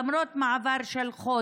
למרות שעבר חודש,